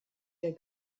der